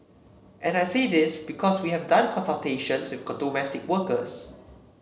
and I say this because we have done consultations with domestic workers